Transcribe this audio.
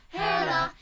hella